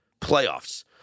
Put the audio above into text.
Playoffs